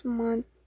month